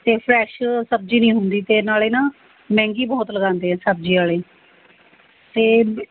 ਅਤੇ ਫਰੈਸ਼ ਸਬਜ਼ੀ ਨਹੀਂ ਹੁੰਦੀ ਅਤੇ ਨਾਲੇ ਨਾ ਮਹਿੰਗੀ ਬਹੁਤ ਲਗਾਉਂਦੇ ਹੈ ਸਬਜ਼ੀ ਵਾਲੇ ਅਤੇ